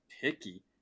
picky